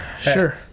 sure